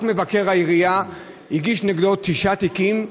רק מבקר העירייה הגיש נגדו תשעה תיקים,